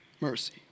Mercy